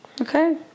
Okay